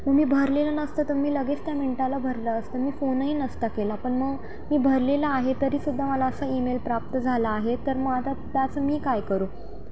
मग मी भरलेलं नसतं तर मी लगेच त्या मिनटाला भरलं असतं मी फोनही नसता केला पण मग मी भरलेलं आहे तरीसुद्धा मला असा ईमेल प्राप्त झाला आहे तर मग आता त्याचं मी काय करू